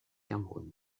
cameroun